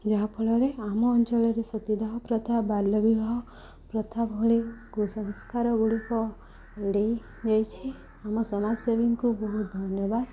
ଯାହାଫଳରେ ଆମ ଅଞ୍ଚଳରେ ସତୀଦାହ ପ୍ରଥା ବାଲ୍ୟ ବିବାହ ପ୍ରଥା ଭଳି କୁସଂସ୍କାର ଗୁଡ଼ିକ ନେଇଯାଇଛି ଆମ ସମାଜସେବୀଙ୍କୁ ବହୁତ ଧନ୍ୟବାଦ